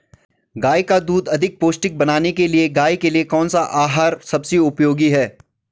गाय का दूध अधिक पौष्टिक बनाने के लिए गाय के लिए कौन सा आहार सबसे उपयोगी है?